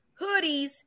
hoodies